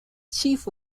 chief